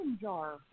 jar